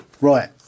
right